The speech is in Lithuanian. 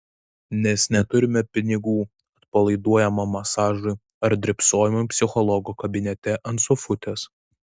nes neturime pinigų atpalaiduojamajam masažui ar drybsojimui psichologo kabinete ant sofutės